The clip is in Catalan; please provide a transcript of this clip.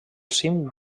cim